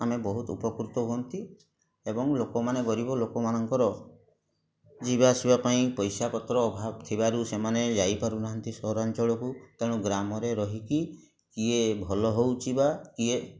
ଆମେ ବହୁତ ଉପକୃତ ହୁଅନ୍ତି ଏବଂ ଲୋକମାନେ ଗରିବ ଲୋକମାନଙ୍କର ଯିବା ଆସିବା ପାଇଁ ପଇସା ପତ୍ର ଅଭାବ ଥିବାରୁ ସେମାନେ ଯାଇପାରୁ ନାହାଁନ୍ତି ସହରାଞ୍ଚଳକୁ ତେଣୁ ଗ୍ରାମରେ ରହିକି କିଏ ଭଲ ହଉଛି ବା କିଏ